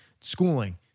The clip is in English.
schooling